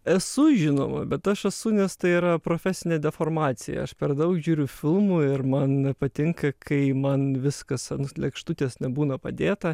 esu žinoma bet aš esu nes tai yra profesinė deformacija aš per daug žiūriu filmų ir man patinka kai man viskas ant lėkštutės nebūna padėta